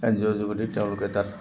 N G অ'ৰ যোগেদি তেওঁলোকে তাত